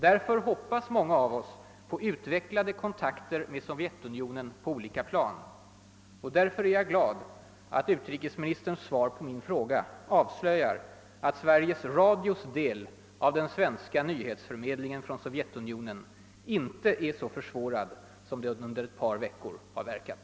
Därför hoppas många av oss på utvecklade kontakter med Sovjetunionen på olika plan. Jag är glad över att utrikesministerns svar på min fråga avslöjar att Sveriges Radios del av den svenska nyhetsförmedlingen från Sovjetunionen inte tycks vara så försvårad som det under ett par veckor har verkat.